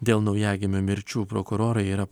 dėl naujagimių mirčių prokurorai yra